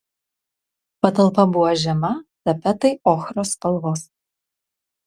patalpa buvo žema tapetai ochros spalvos